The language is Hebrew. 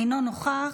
אינו נוכח,